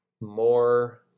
more